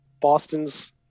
Boston's